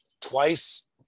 twice